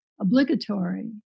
obligatory